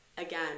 Again